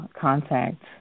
contact